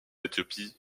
éthiopie